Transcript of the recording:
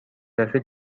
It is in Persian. دفعه